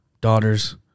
daughters